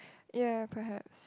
ya perhaps